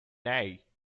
nay